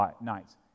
nights